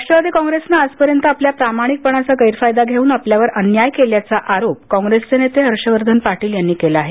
राष्ट्रवादी काँग्रेसने आजपर्यंत आपल्या प्रामाणिकपणाचा गैरफायदा घेऊन आपल्यावर अन्याय केल्याचा आरोप काँग्रेसचे नेते हर्षवर्धन पाटील यांनी केला आहे